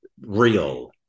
real